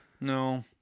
no